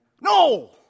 no